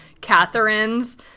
Catherine's